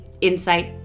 insight